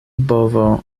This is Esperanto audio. bovo